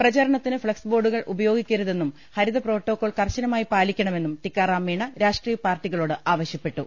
പ്രചാരണത്തിന് ഫ്ളക്സ് ബോർഡുകൾ ഉപയോഗിക്കരുതെന്നും ഹരിത പ്രോട്ടോക്കോൾ കർശനമായി പാലിക്കണമെന്നും ടിക്കാറാംമീണ രാഷ്ട്രീയ പാർട്ടികളോട് ആവശ്യപ്പെട്ടു